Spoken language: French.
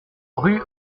rue